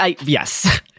Yes